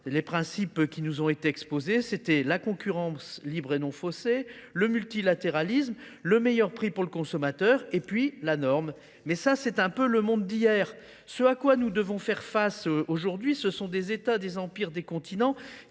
les principes qui nous ont été exposés, c'était la concurrence libre et non faussée, le multilatéralisme, le meilleur prix pour le consommateur et puis la norme. Mais ça, c'est un peu le monde d'hier. Ce à quoi nous devons faire face aujourd'hui, ce sont des États, des empires, des continents.